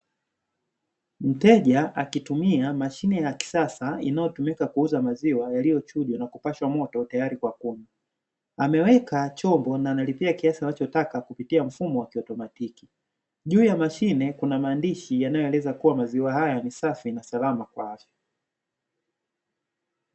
Mteja akitumia mashine ya kisasa inayotumika kuuza maziwa yaliyochujwa na kupashwa moto tayari kwa kunywa. Ameweka chombo na analipia kiasi anachotaka kupitia mfumo wa kiautomatiki. Juu ya mashine kuna maandishi yanayoeleza kuwa maziwa haya ni safi na salama kwa afya.